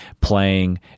playing